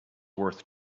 worth